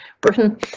Britain